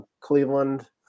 Cleveland